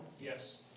Yes